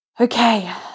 Okay